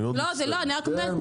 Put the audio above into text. נכון.